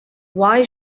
why